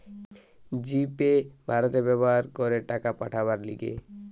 জি Pay ভারতে ব্যবহার করে টাকা পাঠাবার লিগে